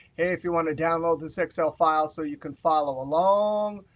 if you want to download this excel file so you can follow along,